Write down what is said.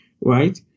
right